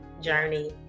journey